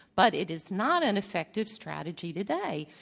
but it is not an effective strategy today.